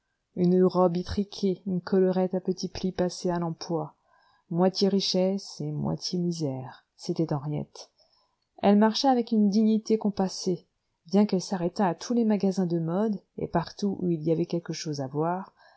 une robe étriquée une collerette à petits plis passés à l'empois moitié richesse et moitié misère c'était henriette elle marchait avec une dignité compassée bien qu'elle s'arrêtât à tous les magasins de modes et partout où il y avait quelque chose à voir